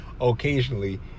Occasionally